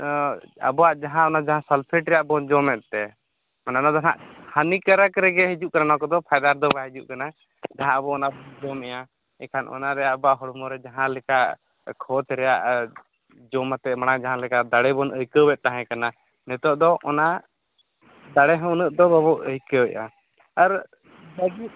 ᱟᱵᱚᱣᱟ ᱡᱟᱦᱟᱸ ᱚᱱᱟ ᱡᱟᱦᱟᱸ ᱥᱟᱞᱯᱷᱮᱴ ᱨᱮᱭᱟᱜ ᱵᱚᱱ ᱡᱚᱢᱮᱫ ᱛᱮ ᱢᱟᱱᱮ ᱚᱱᱟᱫᱚᱦᱟᱜ ᱦᱟᱹᱱᱤ ᱠᱟᱨᱚᱠ ᱨᱮᱜᱮ ᱦᱤᱡᱩᱜ ᱠᱟᱱᱟ ᱱᱚᱣᱟ ᱠᱚᱫᱚ ᱯᱷᱟᱭᱫᱟ ᱨᱮᱫᱚ ᱵᱟᱭ ᱦᱤᱡᱩᱜ ᱠᱟᱱᱟ ᱡᱟᱦᱟᱸ ᱟᱵᱚ ᱚᱱᱟᱵᱚ ᱡᱚᱢᱮᱫᱼᱟ ᱮᱠᱷᱟᱱ ᱚᱱᱟᱨᱮ ᱟᱵᱚᱣᱟᱜ ᱦᱚᱲᱢᱚ ᱨᱮ ᱡᱟᱦᱟᱸ ᱞᱮᱠᱟ ᱠᱷᱚᱛ ᱨᱮᱭᱟᱜ ᱡᱚᱢᱟᱛᱮᱫ ᱢᱟᱲᱟᱝ ᱡᱟᱦᱟᱸ ᱞᱮᱠᱟ ᱫᱟᱲᱮᱵᱚ ᱟᱹᱭᱠᱟᱹᱣᱭᱮᱫ ᱛᱟᱦᱮᱸ ᱠᱟᱱᱟ ᱱᱤᱛᱚᱜ ᱫᱚ ᱚᱱᱟ ᱫᱟᱮᱦᱚᱸ ᱩᱱᱟᱹᱜ ᱦᱚᱸ ᱵᱟᱵᱚ ᱟᱹᱭᱠᱟᱹᱣᱭᱮᱫᱼᱟ ᱟᱨ ᱞᱟᱹᱜᱤᱫ